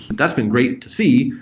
that's been great to see,